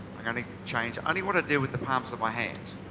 i'm going to change only what i do with the palms of my hands.